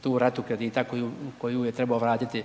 tu ratu kredita koju je trebao vratiti